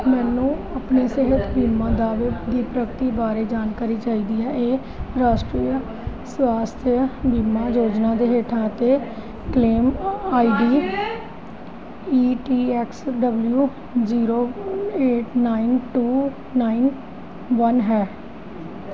ਮੈਨੂੰ ਆਪਣੇ ਸਿਹਤ ਬੀਮਾ ਦਾਅਵੇ ਦੀ ਪ੍ਰਗਤੀ ਬਾਰੇ ਜਾਣਕਾਰੀ ਚਾਹੀਦੀ ਹੈ ਇਹ ਰਾਸ਼ਟਰੀਅ ਸਵਾਸਥਅ ਬੀਮਾ ਯੋਜਨਾ ਦੇ ਹੇਠਾਂ ਅਤੇ claim ID E T X W zero eight nine two nine one ਹੈ